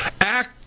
Act